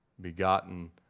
begotten